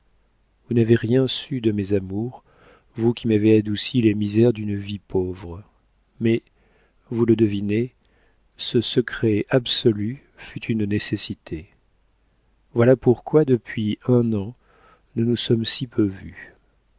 vous n'avez rien su de mes amours vous qui m'avez adouci les misères d'une vie pauvre mais vous le devinez ce secret absolu fut une nécessité voilà pourquoi depuis un an nous nous sommes si peu vus